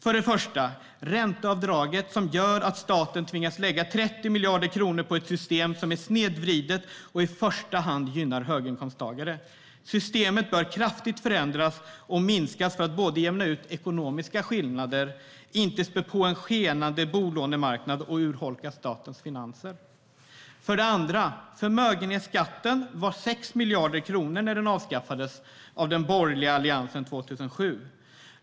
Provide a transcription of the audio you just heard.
För det första: Ränteavdraget gör att staten tvingas lägga 30 miljarder kronor på ett system som är snedvridet och i första hand gynnar höginkomsttagare. Systemet bör kraftigt förändras och minskas, både för att jämna ut ekonomiska skillnader och för att inte spä på en skenande bolånemarknad och urholka statens finanser. För det andra: Förmögenhetsskatten var 6 miljarder kronor när den avskaffades av den borgerliga alliansen 2007.